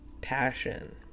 Passion